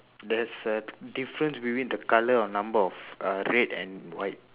there's a difference with the colour or number of uh red and white